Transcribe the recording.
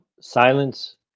silence